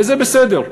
וזה בסדר,